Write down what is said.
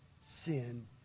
sin